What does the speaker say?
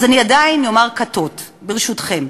אז אני עדיין אומר כָּתות, ברשותכם.